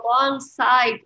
alongside